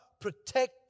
protect